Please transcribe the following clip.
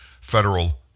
federal